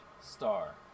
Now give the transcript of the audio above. star